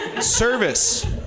Service